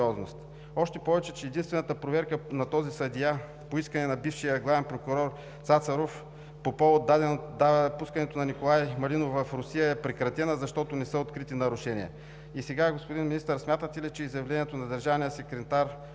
Още повече че единствената проверка на този съдия по искане на бившия главен прокурор Цацаров по повод пускането на Николай Малинов в Русия е прекратена, защото не са открити нарушения. И сега, господин Министър, смятате ли, че изявлението на държавния секретар